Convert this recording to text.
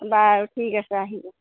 বাৰু ঠিক আছে আহিব